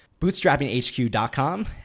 bootstrappinghq.com